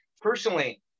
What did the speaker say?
personally